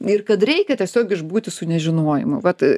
ir kad reikia tiesiog išbūti su nežinojimu vat